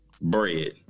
Bread